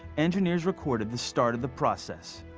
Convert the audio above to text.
engineers recorded the start of the process.